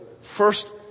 first